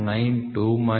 92 minus 39